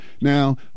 Now